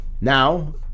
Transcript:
Now